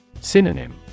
Synonym